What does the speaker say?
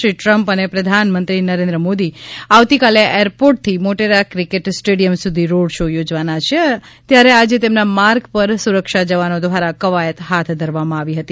Shri Trump અને પ્રધાનમંત્રી નરેન્દ્ર મોદી આવતીકાલે એરપોર્ટથી મોટેરા ક્રિકેટ સ્ટેડિયમ સુધી રોડ શો યોજવાના છે ત્યારે આજે તેમના માર્ગ પર સુરક્ષા જવાનો દ્વારા કવાયત હાથ ધરવામાં આવી હતી